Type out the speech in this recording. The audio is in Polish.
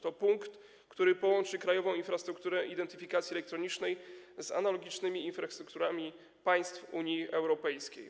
To punkt, który połączy krajową infrastrukturę identyfikacji elektronicznej z analogicznymi infrastrukturami państw Unii Europejskiej.